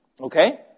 Okay